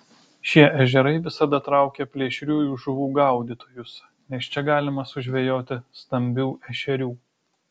šie ežerai visada traukia plėšriųjų žuvų gaudytojus nes čia galima sužvejoti stambių ešerių